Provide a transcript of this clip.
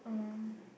oh